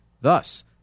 Thus